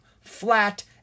flat